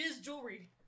jewelry